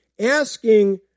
Asking